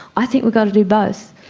i think we've got to do both.